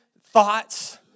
thoughts